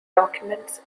documents